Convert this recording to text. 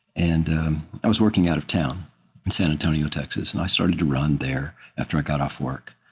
and i was working out of town in san antonio, texas, and i started to run there after i got off work.